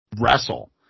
wrestle